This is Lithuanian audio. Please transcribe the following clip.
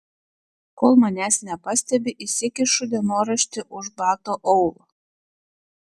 kol manęs nepastebi įsikišu dienoraštį už bato aulo